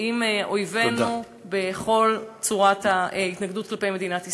את אויבינו בכל צורות ההתנגדות כלפי מדינת ישראל.